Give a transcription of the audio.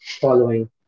following